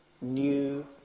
new